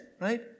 right